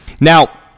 Now-